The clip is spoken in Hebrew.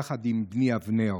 יחד עם בני אבנר.